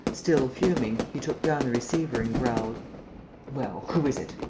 still fuming, he took down the receiver and growled well? who is it?